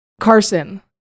Carson